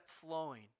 flowing